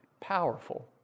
Powerful